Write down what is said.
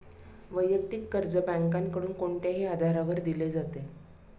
वैयक्तिक कर्ज बँकांकडून कोणत्याही आधारावर दिले जाते